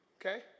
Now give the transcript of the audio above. Okay